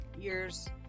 years